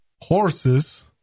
horses